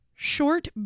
short